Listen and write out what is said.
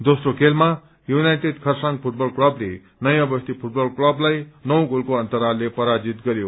दोस्रो खेलमा United Kurseong football क्लबले नयाँ बस्ती फूटबल क्बसलाई नौ गोलको अन्तरालले पराजित गरयो